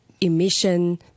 emission